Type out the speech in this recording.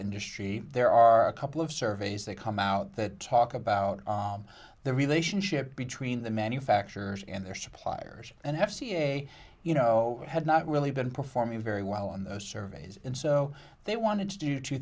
industry there are a couple of surveys they come out that talk about the relationship between the manufacturers and their suppliers and have ca you know had not really been performing very well on those surveys and so they wanted to do two